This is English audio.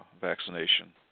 vaccination